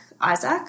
Isaac